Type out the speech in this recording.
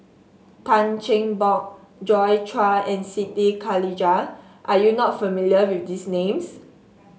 Tan Cheng Bock Joi Chua and Siti Khalijah are you not familiar with these names